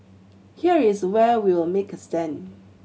here is where we will make a stand